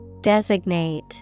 Designate